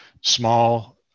small